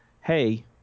Hey